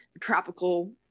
tropical